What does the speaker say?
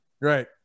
right